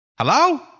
Hello